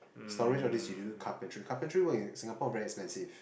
storage all this we use carpentry carpentry work in Singapore very expensive